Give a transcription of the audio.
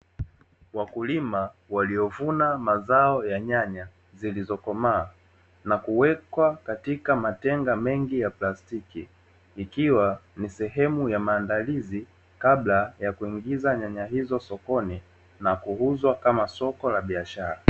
Wakulima waliovuna mazao ya nyanya zilizokomaa, na kuwekwa katika matenga mengi ya plastiki. Ikiwa ni sehemu ya maandalizi kabla ya kuingiza nyanya hizo sokoni na kuuzwa kama soko la biashara.